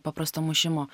paprasto mušimo